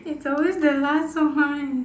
it's always the last one